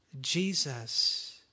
Jesus